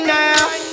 now